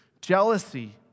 jealousy